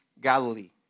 Galilee